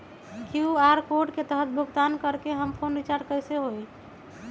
QR code के तहद भुगतान करके हम फोन रिचार्ज कैसे होई?